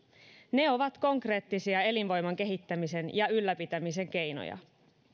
ne ovat konkreettisia elinvoiman kehittämisen ja ylläpitämisen keinoja